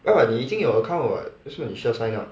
ya but 你已经有 account 了 [what] 为什么你需要 sign up